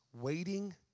Waiting